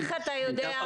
איך אתה יודע?